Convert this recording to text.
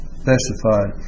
specified